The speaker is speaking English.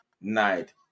night